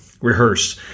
rehearse